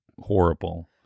horrible